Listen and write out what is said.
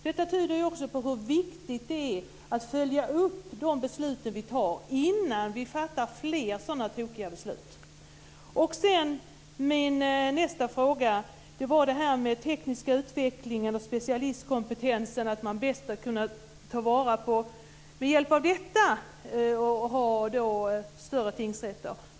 Det visar också hur viktigt det är att följa upp de beslut vi fattar innan vi fattar fler sådana tokiga beslut. Min nästa fråga gäller detta med den tekniska utvecklingen och specialistkompetensen som man ska kunna ta till vara i större tingsrätter.